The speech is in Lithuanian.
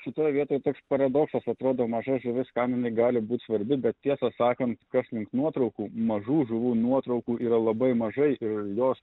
šitoj vietoj to paradoksas atrodo maža žuvis kam jinai gali būt svarbi bet tiesą sakant kas link nuotraukų mažų žuvų nuotraukų yra labai mažai ir jos